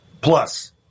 plus